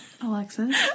Alexis